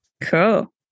Cool